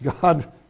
God